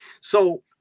So-